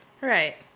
Right